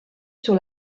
sur